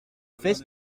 fest